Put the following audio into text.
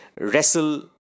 wrestle